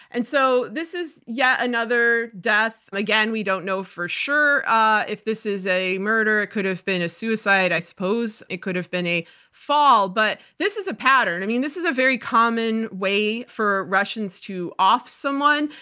and so this is yet another death again, we don't know for sure ah if this is a murder. it could have been a suicide, i suppose. it could have been a fall. but this is a pattern. i mean, this is a very common way for russians to off someone.